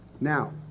now